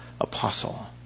apostle